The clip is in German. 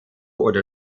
oder